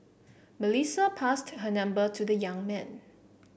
Melissa passed her number to the young man